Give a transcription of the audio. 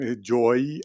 joy